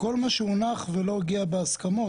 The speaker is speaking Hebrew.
שהונח ולא הגיע בהסכמות.